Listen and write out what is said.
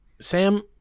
Sam